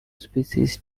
species